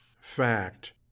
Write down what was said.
Fact